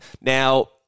Now